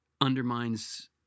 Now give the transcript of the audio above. undermines